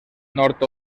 nord